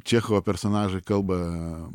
čechovo personažai kalba